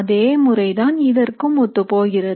அதே முறைதான் இதற்கும் ஒத்துப்போகிறது